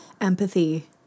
Empathy